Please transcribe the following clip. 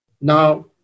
Now